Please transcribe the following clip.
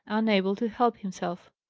unable to help himself.